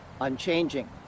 unchanging